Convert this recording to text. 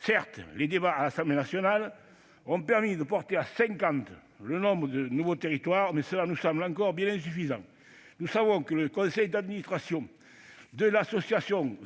Certes, les débats à l'Assemblée nationale ont permis de porter à cinquante le nombre de nouveaux territoires, mais cela nous semble encore bien insuffisant. Nous savons que le conseil d'administration de l'association